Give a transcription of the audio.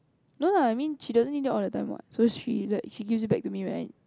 no lah I mean she doesn't need it all the time what so she she gives it back to me when I